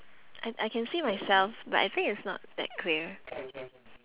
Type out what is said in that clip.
I I can see myself but I think it's not that clear